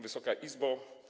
Wysoka Izbo!